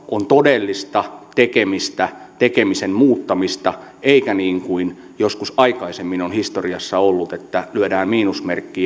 on todellista tekemistä tekemisen muuttamista eikä niin kuin joskus aikaisemmin on historiassa ollut että lyödään miinusmerkki